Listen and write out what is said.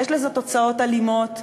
יש לזה תוצאות אלימות.